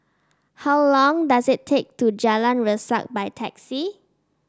how long does it take to get to Jalan Resak by taxi